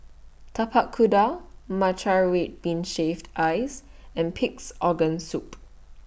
Tapak Kuda Matcha Red Bean Shaved Ice and Pig'S Organ Soup